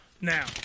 Now